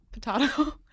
potato